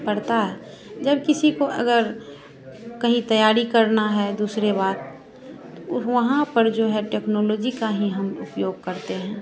पड़ता है जब किसी को अगर कहीं तैयारी करना है दूसरी बार तो उह वहाँ पर जो है टेक्नोलॉजी का ही हम उपयोग करते हैं